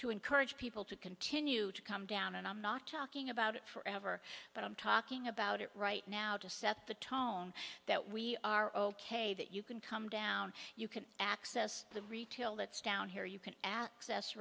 to encourage people to continue to come down and i'm not talking about it forever but i'm talking about it right now to set the tone that we are ok that you can come down you can access the retail that's down here you can access